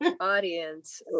Audience